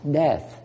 death